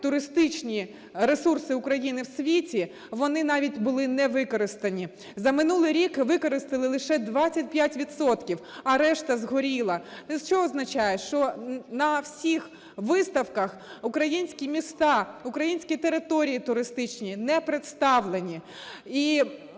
туристичні ресурси України в світі, вони навіть були не використані. За минулий рік використали лише 25 відсотків, а решта згоріла. Це що означає? Що на всіх виставках українські міста, українські території туристичні не представлені.